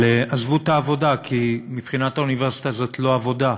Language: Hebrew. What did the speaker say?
עזבו את העבודה כי מבחינת האוניברסיטה זאת לא עבודה,